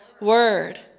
word